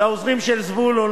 לעוזרים של זבולון,